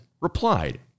replied